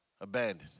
Abandoned